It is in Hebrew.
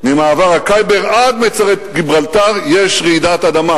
ממעבר חייבר עד מצרי גיברלטר יש רעידת אדמה.